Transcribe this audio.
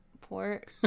port